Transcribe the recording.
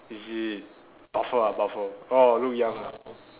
is it buffer ah buffer orh look young ah